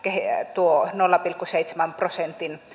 tuo nolla pilkku seitsemän prosentin